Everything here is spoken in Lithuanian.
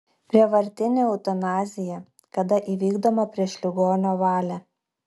prievartinė eutanazija kada įvykdoma prieš ligonio valią